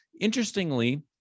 interestingly